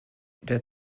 der